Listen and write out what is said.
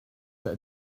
that